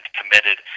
committed